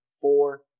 four